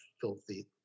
Filthy